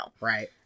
Right